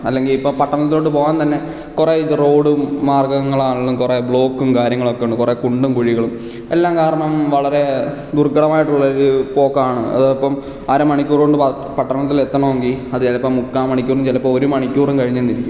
അല്ലെങ്കിൽ ഇപ്പോൾ പട്ടണത്തിലോട്ട് പോകാൻ തന്നെ കുറേ റോഡും മാർഗങ്ങൾ ആണെങ്കിലും കുറേ ബ്ലോക്കും കാര്യങ്ങളുമൊക്കെ ഉണ്ട് കുറേ കുണ്ടും കുഴികളും എല്ലാം കാരണം വളരെ ദുർഘടമായിട്ടുള്ളൊരു പോക്കാണ് അതിപ്പം അരമണിക്കൂർ കൊണ്ട് പട്ടണത്തിൽ എത്തണമെങ്കിൽ അത് ചിലപ്പം മുക്കാമണിക്കൂറും ചിലപ്പം ഒരുമണിക്കൂറും കഴിഞ്ഞെന്നിരിക്കും